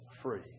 free